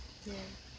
ya